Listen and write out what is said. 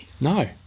No